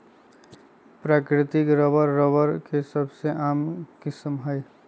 प्राकृतिक rubber, rubber के सबसे आम किस्म हई